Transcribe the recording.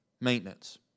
Maintenance